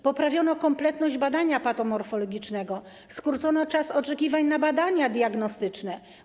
Poprawiono kompletność badania patomorfologicznego, skrócono czas oczekiwań na badania diagnostyczne.